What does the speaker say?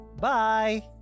Bye